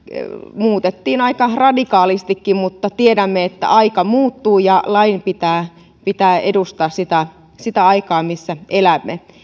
muutettiin aika radikaalistikin mutta tiedämme että aika muuttuu ja lain pitää pitää edustaa sitä sitä aikaa missä elämme